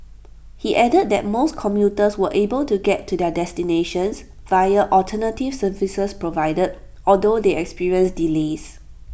he added that most commuters were able to get to their destinations via alternative services provided although they experienced delays